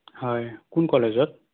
হয় কোন কলেজত